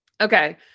Okay